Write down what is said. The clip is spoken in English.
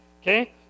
Okay